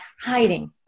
hiding